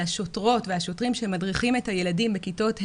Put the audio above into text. על השוטרות והשוטרים שמדריכים את הילדים בכיתות ה'